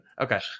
Okay